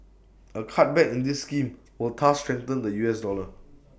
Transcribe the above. A cutback in this scheme will thus strengthen the U S dollar